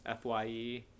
FYE